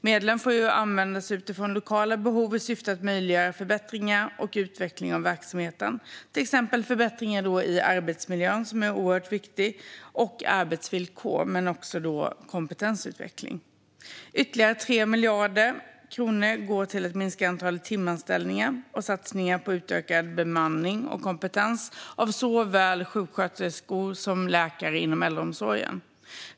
Medlen får användas utifrån lokala behov i syfte att möjliggöra förbättringar och utveckling av verksamheten, till exempel förbättringar av arbetsmiljö, något som är oerhört viktigt, arbetsvillkor samt kompetensutveckling. Ytterligare 3 miljarder kronor går till att minska antalet timanställningar och till en satsning på utökad bemanning och kompetens för såväl sjuksköterskor som läkare inom äldreomsorgen.